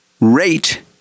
rate